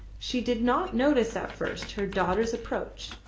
she did not notice at first her daughter's approach,